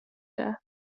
death